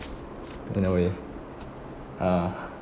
in a way ah